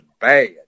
bad